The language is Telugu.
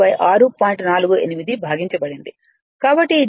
కాబట్టి ఇది నిజానికి 35